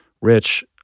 Rich